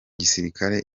gisirikare